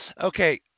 Okay